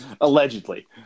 Allegedly